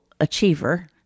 achiever